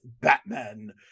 Batman